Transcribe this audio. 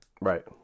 Right